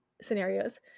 scenarios